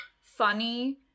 Funny